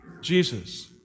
Jesus